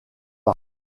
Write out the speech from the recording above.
par